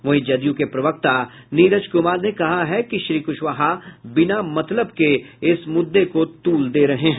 वहीं जदयू के प्रवक्ता नीजर कुमार ने कहा है कि श्री कुशवाहा बिना मतलब के इस मुद्दे को तुल दे रहे हैं